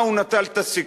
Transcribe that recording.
למה הוא נטל את הסיכון,